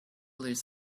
lose